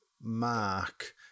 Mark